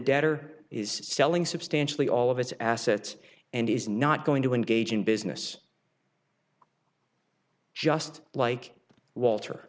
debtor is selling substantially all of his assets and is not going to engage in business just like walter